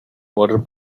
water